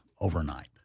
overnight